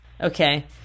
Okay